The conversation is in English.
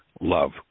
love